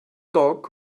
dock